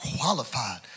qualified